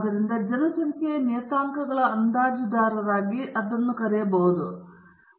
ಆದ್ದರಿಂದ ಜನಸಂಖ್ಯೆಯ ನಿಯತಾಂಕಗಳ ಅಂದಾಜುದಾರರಾಗಿ ಅವರನ್ನು ಕರೆ ಮಾಡಬಹುದು